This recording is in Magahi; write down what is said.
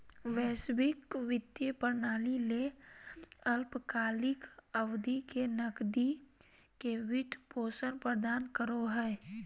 वैश्विक वित्तीय प्रणाली ले अल्पकालिक अवधि के नकदी के वित्त पोषण प्रदान करो हइ